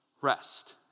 rest